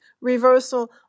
reversal